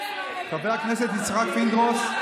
חבר הכנסת יצחק פינדרוס,